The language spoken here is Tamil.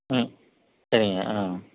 ம் சரிங்க ஆ